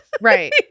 Right